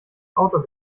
auto